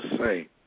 say